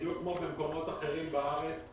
בדיוק כמו במקומות אחרים בארץ,